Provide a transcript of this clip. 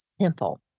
simple